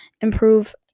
improve